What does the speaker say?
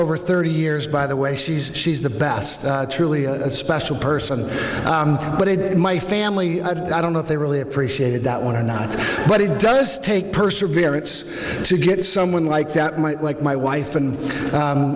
over thirty years by the way she's she's the best truly special person but it is my family i don't know if they really appreciated that one or not but it does take perseverance to get someone like that might like my wife and